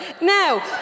Now